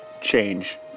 change